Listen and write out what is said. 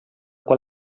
qual